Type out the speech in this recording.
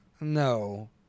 no